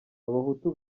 abahutu